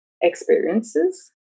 experiences